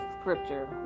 scripture